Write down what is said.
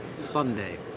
Sunday